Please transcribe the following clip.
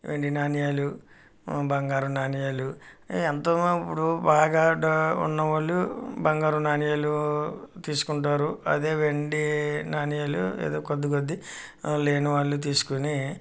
వెండి నాణ్యాలు బంగారు నాణ్యాలు ఎంత ఇప్పుడు బాగా ఉన్న వాళ్ళు బంగారు నాణ్యాలు తీసుకుంటారు అదే వెండి నాణ్యాలు ఏదో కొద్ది కొద్దిగా లేని వాళ్ళు తీసుకుని